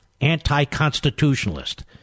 anti-constitutionalist